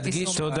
חקיקה.